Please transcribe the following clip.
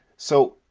so,